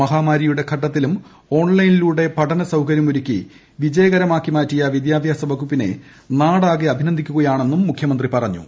മഹാമാരിയുടെ ഘട്ടത്തിലും ഓൺലൈനിലൂടെ പഠന സൌകര്യമൊരുക്കി വിജകരമാക്കിയ മാറ്റിയ വിദ്യാഭ്യാസ വകുപ്പിനെ നാടാകെ അഭിനന്ദിക്കുകയാണെന്നും മുഖ്യമന്ത്രി പറഞ്ഞു